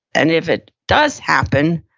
and if it does happen,